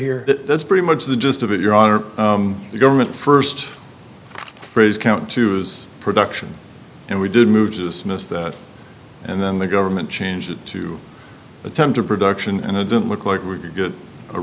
here that's pretty much the gist of it your honor the government first phrase count two is production and we did move just missed that and then the government changed it to attend to production and it didn't look like we could get a